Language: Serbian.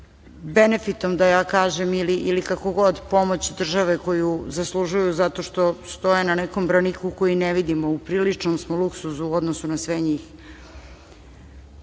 benefitom, da ja kažem, ili kako god, pomoći države koju zaslužuju zato što stoje na nekom braniku koji ne vidimo, u priličnom smo luksuzu u odnosu na sve